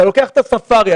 אתה לוקח את הספארי,